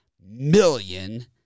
million